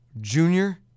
Junior